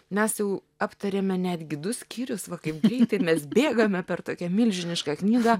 mes jau aptarėme netgi du skyrius va kaip greitai mes bėgame per tokią milžinišką knygą